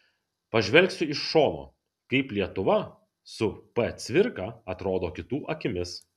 pažvelgsiu iš šono kaip lietuva su p cvirka atrodo kitų akimis